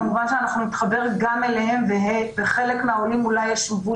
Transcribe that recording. כמובן שאנחנו נתחבר גם אליהם וחלק מהעולים אולי ישבו